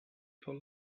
for